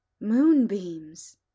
Moonbeams